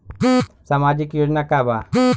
सामाजिक योजना का बा?